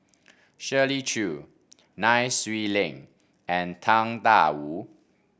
Shirley Chew Nai Swee Leng and Tang Da Wu